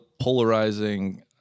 polarizing